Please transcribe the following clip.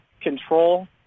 control